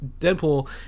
deadpool